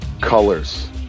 Colors